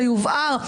שיובהר,